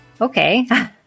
okay